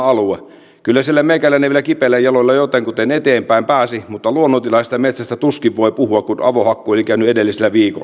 kyllä siellä meikäläinen vielä kipeillä jaloilla jotenkuten eteenpäin pääsi mutta luonnontilaisesta metsästä tuskin voi puhua kun avohakkuu oli käynyt edellisellä viikolla